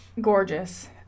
gorgeous